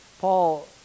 Paul